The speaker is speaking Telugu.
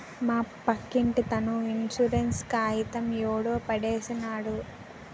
మా పక్కింటతను ఇన్సూరెన్స్ కాయితం యాడో పడేసినాడు